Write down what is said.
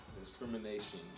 Discrimination